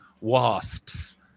wasps